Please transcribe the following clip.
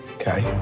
Okay